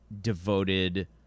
devoted